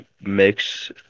mix